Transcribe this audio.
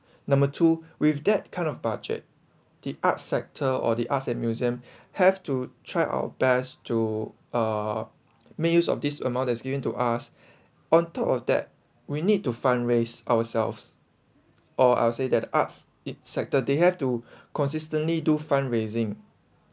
number two with that kind of budget the arts sector or the arts and museum have to try our best to uh make use of this amount that's given to us on top of that we need to fundraise ourselves or I would say that arts it sector they have to consistently do fundraising